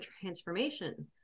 transformation